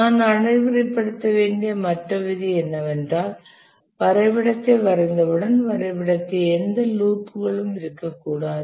நாம் நடைமுறைப்படுத்த வேண்டிய மற்ற விதி என்னவென்றால் வரைபடத்தை வரைந்தவுடன் வரைபடத்தில் எந்த லூப்புகளும் இருக்கக்கூடாது